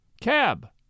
Cab